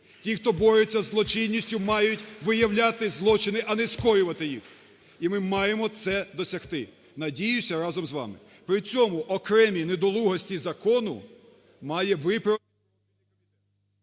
Ті, хто борються з злочинністю, мають виявляти злочини, а не скоювати їх. (Оплески) І ми маємо це досягти, надіюся, разом з вами. При цьому окремі недолугості закону має виправити…